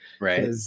right